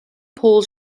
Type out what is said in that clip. paul